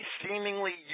seemingly